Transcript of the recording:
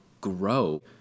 grow